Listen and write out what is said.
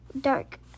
dark